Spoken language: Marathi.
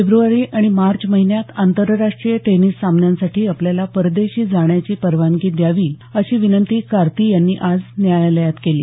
फेब्रवारी आणि मार्च महिन्यात आंतरराष्ट्रीय टेनिस सामन्यांसाठी आपल्याला परदेशी जाण्याची परवानगी द्यावी अशी विनंती कार्ती यांनी आज न्यायालयात केली